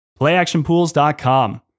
PlayActionpools.com